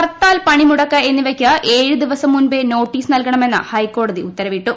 ഹർത്താൽ പണിമുടക്ക് എന്നിവയ്ക്ക് ഏഴ് ദിവസം മുമ്പേ നോട്ടീസ് നൽകണമെന്ന് ഹൈക്കോട്ടതി ഉത്തരവിട്ടു